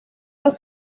los